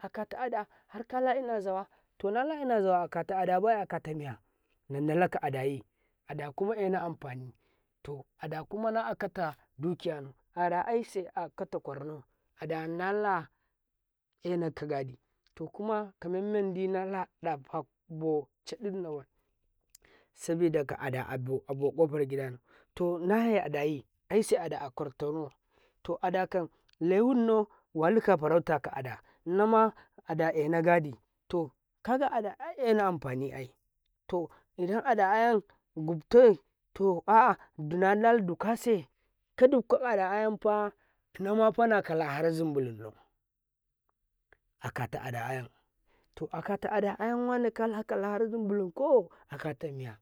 ﻿akata ada harkala ina zawa to nala ina zawabai akato adabai a kata miya nan dala ka adayi ada kuma ena ka amfani to ada kuma na'aka ta duki yanau aise akataƙwarnau ada nala ena ka gadi to kuma kamen mandi nala ɗafa ƃo cadinna bai sa bida ka'ada abo ofar gidannau to naye adayi aise ada aƙwar tanau to adakan ewinnau waluka farauta ko'ada nama ada ena gadi to kaga ada ai ƙena amfani ai to idan ada ayan guftau to aa nala dukwase kadauka ada ayamfa nama nakala har zimbu lunnan adata ada ayan to akata ada ayan wane har kakala azum bulun nau o aka tamiya